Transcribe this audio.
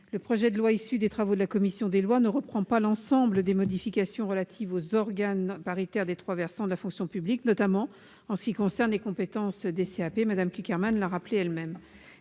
Le projet de loi issu des travaux de la commission des lois ne reprend pas l'ensemble des modifications relatives aux organes paritaires des trois versants de la fonction publique, notamment en ce qui concerne les compétences des CAP, comme Mme Cukierman l'a elle-même